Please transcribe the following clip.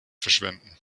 verschwenden